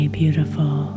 beautiful